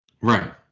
Right